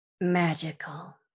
magical